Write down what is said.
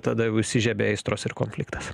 tada įsižiebė aistros ir konfliktas